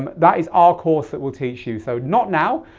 um that is our course that will teach you. so not now,